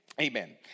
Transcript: amen